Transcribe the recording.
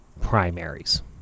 primaries